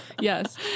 Yes